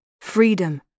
freedom